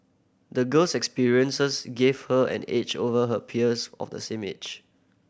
the girl's experiences gave her an edge over her peers of the same age